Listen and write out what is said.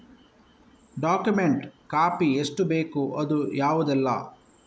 Document copy ಎಷ್ಟು ಬೇಕು ಅದು ಯಾವುದೆಲ್ಲ?